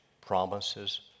promises